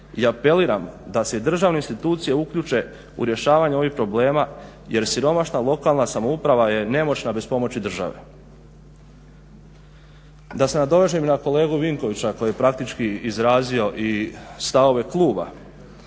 i apeliram da se i državne institucije uključe u rješavanje ovih problema jer siromašna lokalna samouprava je nemoćna bez pomoći države. Da se nadovežem na kolegu Vinkovića koji je praktički izrazio i stavove kluba